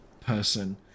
person